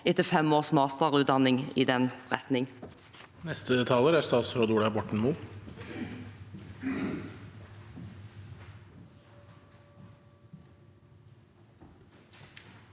etter fem års masterutdanning i den retningen.